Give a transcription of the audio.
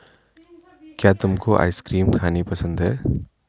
क्या तुमको आइसक्रीम खानी पसंद है?